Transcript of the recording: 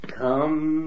come